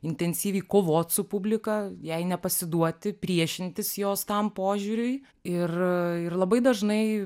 intensyviai kovot su publika jai nepasiduoti priešintis jos tam požiūriui ir ir labai dažnai